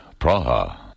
Praha